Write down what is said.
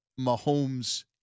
Mahomes